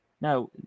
Now